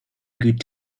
good